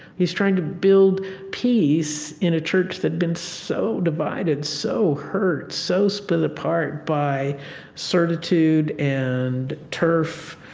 he's trying to build peace in a church that's been so divided, so hurt, so split apart by certitude and turf,